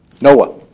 Noah